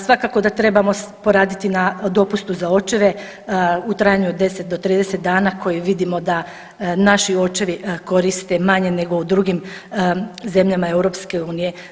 Svakako da trebamo poraditi na dopustu za očeve u trajanju od 10 do 30 dana koji vidimo da naši očevi koriste manje nego u drugim zemljama EU.